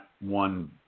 one